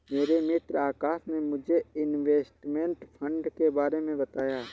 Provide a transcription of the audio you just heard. मेरे मित्र आकाश ने मुझे इनवेस्टमेंट फंड के बारे मे बताया